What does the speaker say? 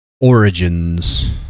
origins